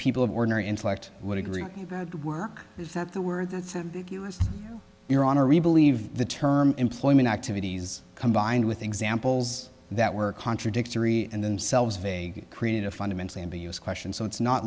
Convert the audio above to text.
people of ordinary intellect would agree that work is that the word that's your honor we believe the term employment activities combined with examples that were contradictory and themselves vague create a fundamentally ambiguous question so it's not